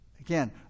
Again